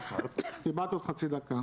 קיבלת עוד חצי דקה.